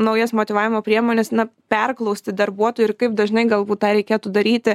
naujas motyvavimo priemones na perklausti darbuotojų ir kaip dažnai galbūt tą reikėtų daryti